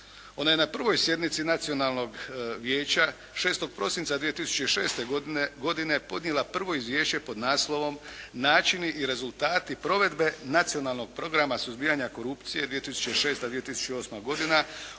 Ona je na 1. sjednici nacionalnog vijeća 6. prosinca 2006. godine podnijela prvo izvješće pod naslovom "Načini i rezultati provedbe Nacionalnog programa suzbijanja korupcije 2006.-2008. godina"